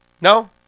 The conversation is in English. No